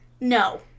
No